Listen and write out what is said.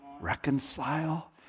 reconcile